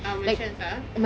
ah malaysians ah